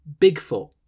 Bigfoot